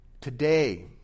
Today